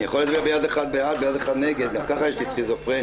הצבעה בעד, פה אחד אושר.